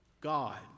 God